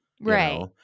Right